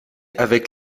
avec